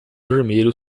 vermelho